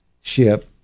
ship